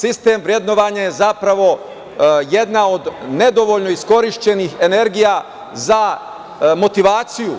Sistem vrednovanja je zapravo jedna od nedovoljno iskorišćenih energija za motivaciju,